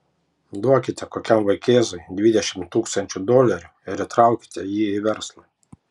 duokite kokiam vaikėzui dvidešimt tūkstančių dolerių ir įtraukite jį į verslą